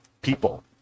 people